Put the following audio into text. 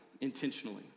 intentionally